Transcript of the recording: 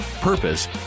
purpose